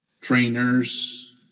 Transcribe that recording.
trainers